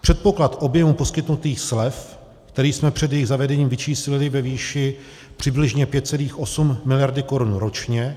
Předpoklad objemu poskytnutých slev, který jsme před jejich zavedením vyčíslili ve výši přibližně 5,8 miliardy ročně